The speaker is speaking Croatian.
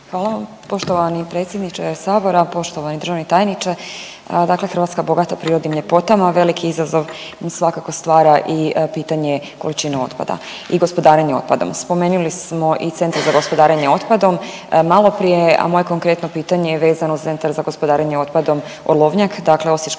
Hvala vam. Poštovani predsjedniče Sabora, poštovani državni tajniče. Dakle, Hrvatska je bogata prirodnim ljepotama velik izazov svakako stvara i pitanje količine otpada i gospodarenje otpadom. Spomenuli smo i centra za gospodarenje otpadom maloprije, a moje konkretno pitanje je vezano za … gospodarenje otpadom Olovnjak dakle